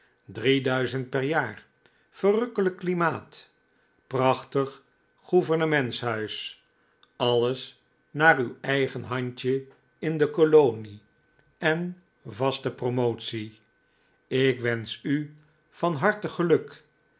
duizend per jaar verrukkelijk klimaat prachtig gouvernementshuis alles naar uw eigen handje in de kolonie en vaste promotie ik wensch u van harte geluk